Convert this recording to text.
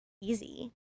easy